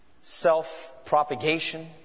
self-propagation